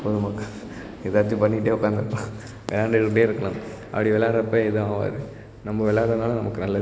பொழுதுப்போக்கு ஏதாச்சும் பண்ணிக்கிட்டே உக்காந்துருக்கலாம் விளையாண்டுக்கிட்டே இருக்கலாம் அப்படி விளையாட்றப்ப எதுவும் ஆகாது நம்ம விளாட்றதுனால நமக்கு நல்லது